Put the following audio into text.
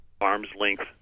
arms-length